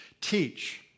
teach